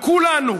כולנו,